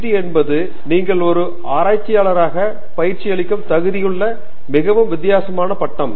PhD என்பது நீங்கள் ஒரு ஆராய்ச்சியாளராக பயிற்சியளிக்கும் தகுதியுள்ள மிகவும் வித்தியாசமான பட்டம்